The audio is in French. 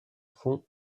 font